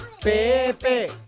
Pepe